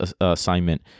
assignment